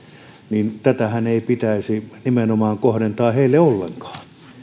niin tätähän nimenomaan ei pitäisi kohdentaa heille ollenkaan